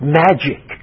magic